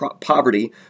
poverty